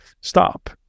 Stop